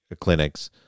clinics